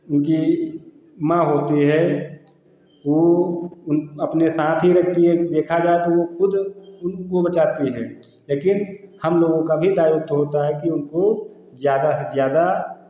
उनकी माँ होती है वो उन अपने साथ ही रखती है देखा जाए तो वो खुद उनको बचाती है लेकिन हम लोगों का भी दायित्व होता है कि उनको ज़्यादा से ज़्यादा